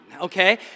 okay